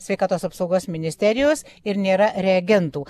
sveikatos apsaugos ministerijos ir nėra reagentų